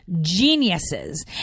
Geniuses